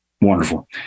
wonderful